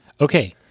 okay